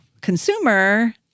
Consumer